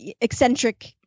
eccentric